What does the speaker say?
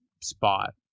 spot